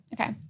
Okay